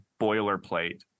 boilerplate